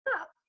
up